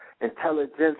intelligence